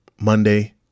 Monday